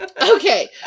Okay